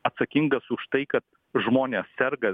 atsakingas už tai kad žmonės serga